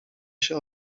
się